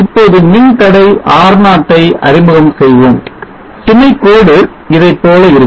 இப்போது மின்தடை R0 ஐ அறிமுகம் செய்வோம் சுமை கோடு இதைப்போல இருக்கும்